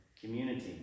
community